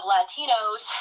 Latinos